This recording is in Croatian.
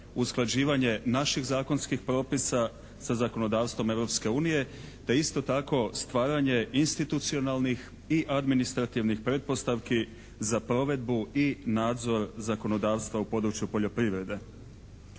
usklađivanje naših zakonskih propisa sa zakonodavstvom Europske unije te isto tako stvaranje institucionalnih i administrativnih pretpostavki za provedbu i nadzor zakonodavstva u području poljoprivrede.